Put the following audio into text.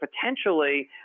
potentially